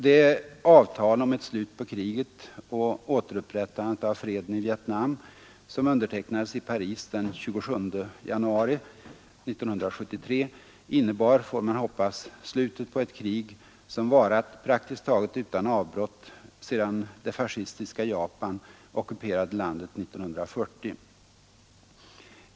Det avtal om ett slut på kriget och återupprättande av freden i Nellåteruppbygg Vietnam som undertecknades i Paris den 27 januari 1973 innebar, får — nadsplan för Vietman hoppas, slutet på ett krig som varat praktiskt taget utan avbrott = 24m sedan det fascistiska Japan ockuperade landet 1940.